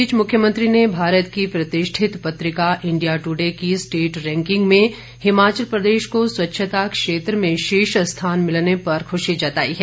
इस बीच मुख्यमंत्री ने भारत की प्रतिष्ठित पत्रिका इंडिया ट्डे की स्टेट रैंकिंग में हिमाचल प्रदेश को स्वच्छता क्षेत्र में शीर्ष स्थान मिलने पर खुशी जताई है